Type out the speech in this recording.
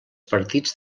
partits